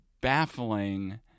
baffling